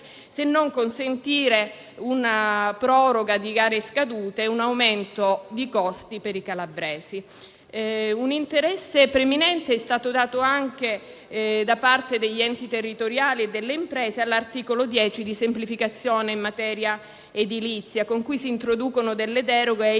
se non consentire una proroga di gare scadute e un aumento di costi per i calabresi. Un interesse preminente è stato dato anche, da parte degli enti territoriali e delle imprese, all'articolo 10 recante semplificazioni ed altre misure in materia edilizia, con cui si introducono le deroghe